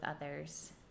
others